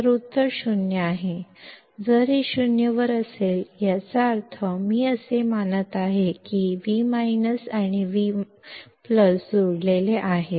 तर उत्तर 0 आहे जर हे 0 वर असेल याचा अर्थ मी असे मानत आहे की V आणि V जोडलेले आहेत